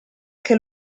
che